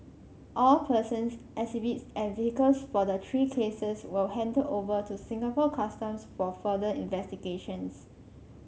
all persons exhibits and vehicles for the three cases were handed over to Singapore Customs for further investigations